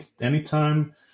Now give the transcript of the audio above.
Anytime